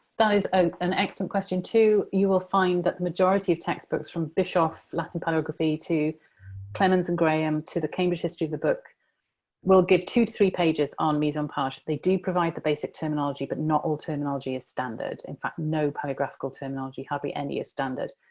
that is an excellent question, too. you will find that the majority of textbooks, from bischoff latin palaeography to clemens and graham to the cambridge history of the book will give two to three pages on mise-en-page. they do provide the basic terminology but not all terminology is standard in fact, no palaeographical terminology hardly any is standard.